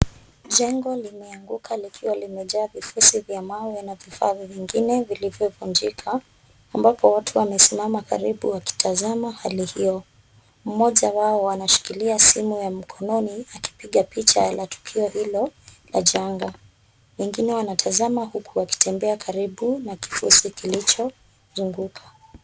Jengo limeanguka likiwa limejaa vifusi vya mawe na vifaa vingine vilivyovunjika. Ambapo watu wamesimama karibu wakitazama hali hiyo. Mmoja wao anashikilia simu ya mkononi akipiga picha la tukio hilo la janga. Wengine wanatazama huku wakitembea karibu na kifusi kilichozunguka.